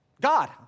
God